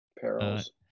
perils